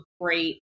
great